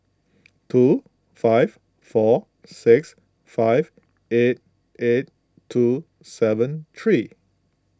two five four six five eight eight two seven three